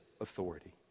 authority